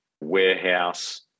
warehouse